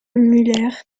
müller